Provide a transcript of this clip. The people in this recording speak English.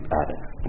addicts